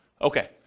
Okay